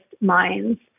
minds